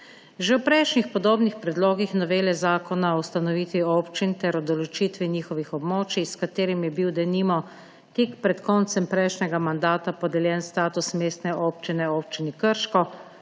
Že ob prejšnjih podobnih predlogih novele Zakona o ustanovitvi občin ter o določitvi njihovih območij, s katerim je bil denimo tik pred koncem prejšnjega mandata podeljen status mestne občine Občini Krško,